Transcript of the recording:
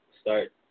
start